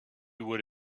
would